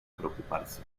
preocuparse